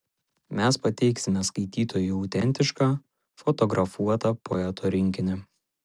mes pateiksime skaitytojui autentišką fotografuotą poeto rinkinį